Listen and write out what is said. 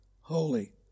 holy